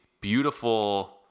beautiful